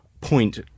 point